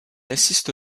assiste